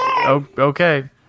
Okay